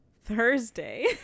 Thursday